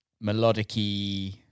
melodic-y